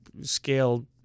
scale